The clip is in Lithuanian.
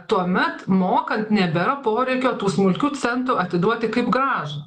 tuomet mokant nebėra poreikio tų smulkių centų atiduoti kaip grąžą